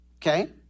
Okay